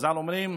חז"ל אומרים: